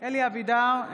אלי אבידר,